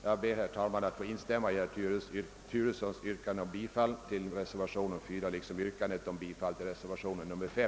Jag ber, herr talman, att få instämma i herr Turessons yrkande om bifall till reservation 4 liksom i yrkandet om bifall till reservation 5.